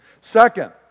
Second